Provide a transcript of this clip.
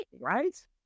Right